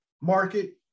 market